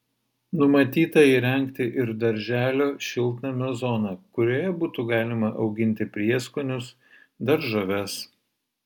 numatyta įrengti ir darželio šiltnamio zoną kurioje būtų galima auginti prieskonius daržoves